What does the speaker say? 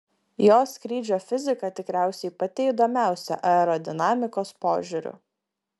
jo skrydžio fizika tikriausiai pati įdomiausia aerodinamikos požiūriu